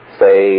say